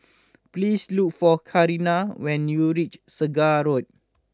please look for Carina when you reach Segar Road